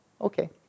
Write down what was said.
Okay